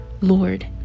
Lord